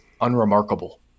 unremarkable